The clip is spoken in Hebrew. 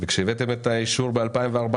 וכשהבאתם את האישור ב-2014,